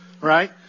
Right